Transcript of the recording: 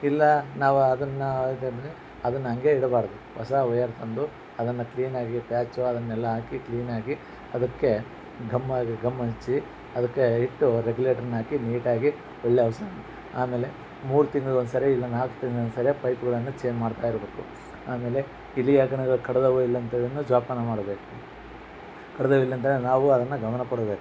ಇಲ್ಲ ನಾವು ಅದನ್ನು ಅಂದರೆ ಅದನ್ನು ಹಂಗೇ ಇಡಬಾರದು ಹೊಸ ವಯರ್ ತಂದು ಅದನ್ನು ಕ್ಲೀನಾಗಿ ಪ್ಯಾಚು ಅದನ್ನೆಲ್ಲ ಹಾಕಿ ಕ್ಲೀನಾಗಿ ಅದಕ್ಕೆ ಗಮ್ ಗಮ್ ಹಚ್ಚಿ ಅದಕ್ಕೆ ಇಟ್ಟು ರೆಗ್ಯುಲೇಟರನ್ನ ಹಾಕಿ ನೀಟಾಗಿ ಒಳ್ಳೆಯ ಹೊಸ ಆಮೇಲೆ ಮೂರು ತಿಂಗ್ಳಗೆ ಒಂದು ಸಾರಿ ಇಲ್ಲ ನಾಲ್ಕು ತಿಂಗ್ಳಗೆ ಒಂದು ಸರಿ ಪೈಪ್ಗಳನ್ನು ಚೇಂಜ್ ಮಾಡ್ತಾ ಇರಬೇಕು ಆಮೇಲೆ ಇಲಿ ಹೆಗ್ಗಣಗಳ್ ಕಡ್ದಾವೊ ಇಲ್ಲ ಅಂತೇಳಿನೂ ಜೋಪಾನ ಮಾಡಬೇಕು ಕಡ್ದಾವೊ ಇಲ್ಲ ಅಂತೇಳಿ ನಾವು ಅದನ್ನು ಗಮನ ಕೊಡಬೇಕು